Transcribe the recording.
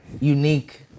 unique